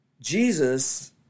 Jesus